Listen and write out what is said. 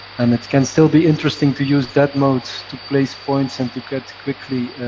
and it can still be interesting to use that mode to place points and to get, quickly,